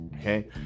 Okay